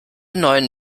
neuen